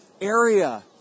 area